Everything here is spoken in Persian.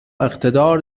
اقتدار